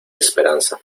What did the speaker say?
esperanza